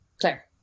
Claire